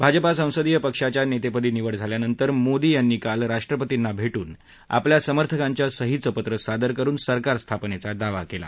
भाजपा संसदीय पक्षाच्या नेतेपदी निवड झाल्यानंतर मोदी यांनी काल राष्ट्रपतींना भेटून आपल्या समर्थकांच्या सहीचं पत्र सादर करुन सरकार स्थापनेचा दावा केला